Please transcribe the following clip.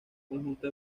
conjunto